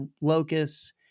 locusts